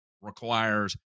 requires